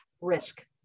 risk